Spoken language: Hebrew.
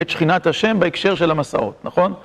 את שכינת השם בהקשר של המסעות, נכון?